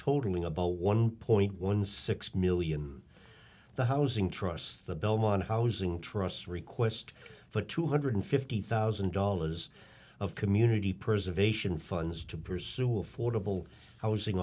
totaling about one point one six million the housing trusts the belmont housing trust request for two hundred fifty thousand dollars of community preservation funds to pursue affordable housing